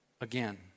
Again